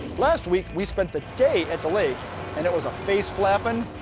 last week we spent the day at the lake and it was a face flapping,